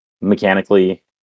Mechanically